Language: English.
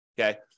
okay